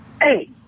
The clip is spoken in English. Hey